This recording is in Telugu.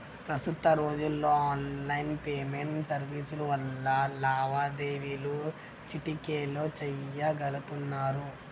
ప్రస్తుత రోజుల్లో ఆన్లైన్ పేమెంట్ సర్వీసుల వల్ల లావాదేవీలు చిటికెలో చెయ్యగలుతున్నరు